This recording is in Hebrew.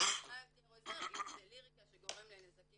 מה יותר עוזר אם זה ליריקה שגורמת לנזקים